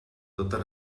totes